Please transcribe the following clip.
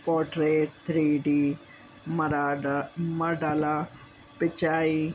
portrait three D मराड मडाला पिचाई